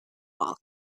ball